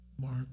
Mark